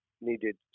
needed